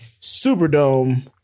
Superdome